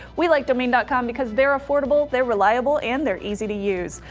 we like domain dot com because they're affordable, they're reliable, and they're easy to use.